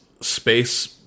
space